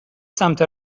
سمت